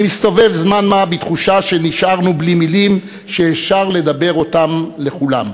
אני מסתובב זמן רב בתחושה שנשארנו בלי מילים שאפשר לדבר אותן לכולם.